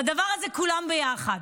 בדבר הזה כולם ביחד.